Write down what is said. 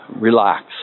relax